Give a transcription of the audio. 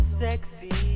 sexy